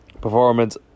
performance